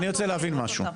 אני רוצה להבין משהו,